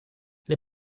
les